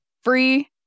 free